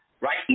Right